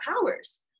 powers